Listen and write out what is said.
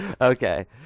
okay